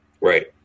Right